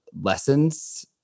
lessons